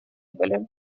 были